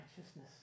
righteousness